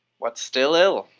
what, still ill?